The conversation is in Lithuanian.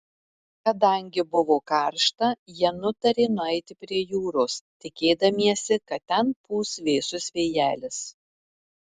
kadangi buvo karšta jie nutarė nueiti prie jūros tikėdamiesi kad ten pūs vėsus vėjelis